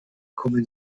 kommen